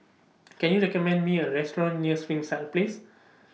Can YOU recommend Me A Restaurant near Springside Place